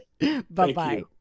bye-bye